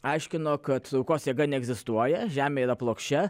aiškino kad traukos jėga neegzistuoja žemėje yra plokščia